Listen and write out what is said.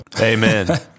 Amen